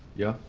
yeah.